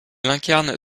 incarne